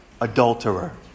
adulterer